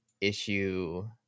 issue